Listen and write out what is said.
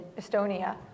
Estonia